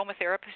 aromatherapist